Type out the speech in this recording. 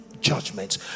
judgments